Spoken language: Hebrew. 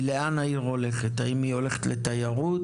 היא לאן העיר הולכת, האם היא הולכת לתיירות?